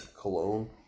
cologne